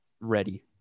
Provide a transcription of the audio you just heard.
ready